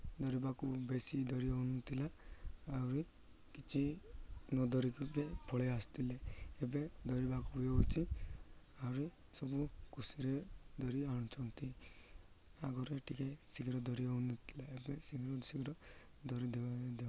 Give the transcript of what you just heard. ଧରିବାକୁ ବେଶି ଧରି ହେଉନଥିଲା ଆହୁରି କିଛି ନ ଧରିକି ବି ପଳାଇ ଆସୁଥିଲେ ଏବେ ଧରିବାକୁ ବି ହେଉଛି ଆହୁରି ସବୁ ଖୁସିରେ ଧରି ଆଣୁଛନ୍ତି ଆଗରେ ଟିକିଏ ଶୀଘ୍ର ଧରି ହେଉନଥିଲା ଏବେ ଶୀଘ୍ର ଶୀଘ୍ର ଧରି ଦେଉ ଦେଉଛନ୍ତି